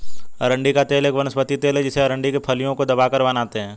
अरंडी का तेल एक वनस्पति तेल है जिसे अरंडी की फलियों को दबाकर बनाते है